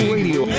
Radio